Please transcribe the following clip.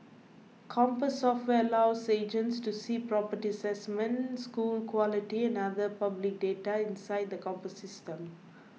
compass software allows agents to see property assessments school quality and other public data inside the Compass System